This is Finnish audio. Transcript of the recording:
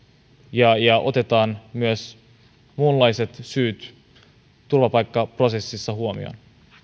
ja ja otetaan myös muunlaiset syyt turvapaikkaprosessissa huomioon